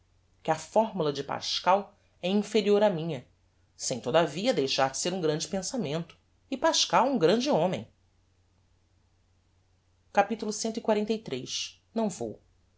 que a fórmula de pascal é inferior á minha sem todavia deixar de ser um grande pensamento e pascal um grande homem capitulo cxliii não vou